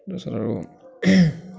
তাৰপিছত আৰু